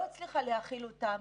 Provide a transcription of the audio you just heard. לא הצליחה להכיל אותם,